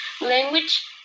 language